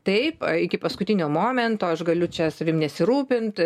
taip iki paskutinio momento aš galiu čia savim nesirūpint